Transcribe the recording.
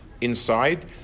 inside